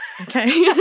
okay